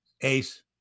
ace